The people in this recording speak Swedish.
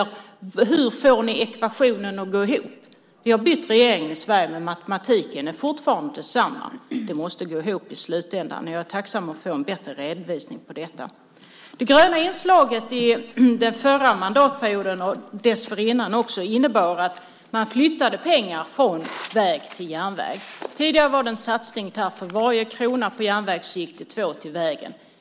Hur får ni ekvationen att gå ihop? Vi har bytt regering i Sverige, men matematiken är fortfarande densamma - det måste gå ihop i slutändan. Jag är tacksam att få en bättre redovisning av detta. Det gröna inslaget under den förra mandatperioden och också dessförinnan innebar att man flyttade pengar från väg till järnväg. Tidigare innebar satsningen att för varje krona som gick till järnväg gick två kronor till väg.